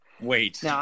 wait